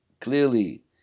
clearly